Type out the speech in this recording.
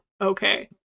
okay